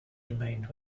remained